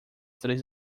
três